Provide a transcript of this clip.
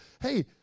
hey